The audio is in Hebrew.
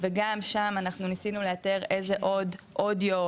וגם שם אנחנו ניסנו לאתר איזה עוד אודיו,